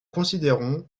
considérons